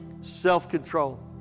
Self-control